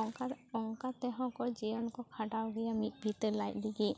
ᱚᱱᱠᱟ ᱚᱱᱠᱟ ᱛᱮᱦᱚᱸ ᱠᱚ ᱡᱤᱭᱚᱱ ᱠᱚ ᱠᱷᱟᱰᱟᱣ ᱜᱮᱭᱟ ᱢᱤᱫ ᱵᱤᱛᱟᱹ ᱞᱟᱡ ᱞᱟᱹᱜᱤᱫ